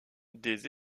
des